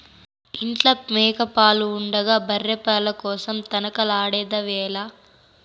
ఇంట్ల మేక పాలు ఉండగా బర్రె పాల కోసరం తనకలాడెదవేల